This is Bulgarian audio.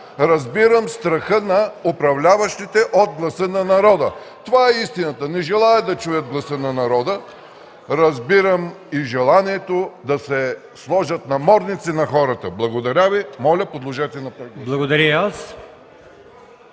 Разбирам страха на управляващите от гласа на народа. Това е истината – не желаят да чуят гласа на народа. Разбирам и желанието да се сложат намордници на хората. Моля, подложете на прегласуване